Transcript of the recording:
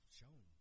shown